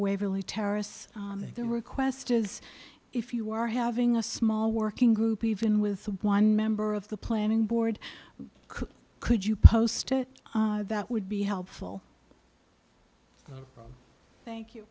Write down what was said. waverley terrorists their request is if you are having a small working group even with one member of the planning board could could you post that would be helpful thank you